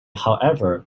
however